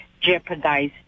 jeopardize